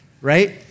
right